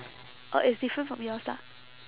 uh it's different from yours lah